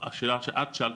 השאלה שאת שאלת,